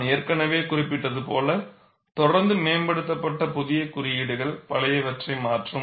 நான் ஏற்கனவே குறிப்பிட்டது போல தொடர்ந்து மேம்படுத்தப்பட்ட புதிய குறியீடுகள் பழையவற்றை மாற்றும்